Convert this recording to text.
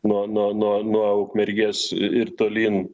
nuo nuo nuoukmergės ir tolyn